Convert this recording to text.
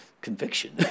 conviction